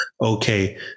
okay